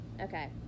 okay